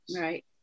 Right